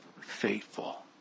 faithful